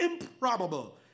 improbable